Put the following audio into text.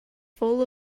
full